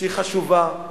שהיא חשובה,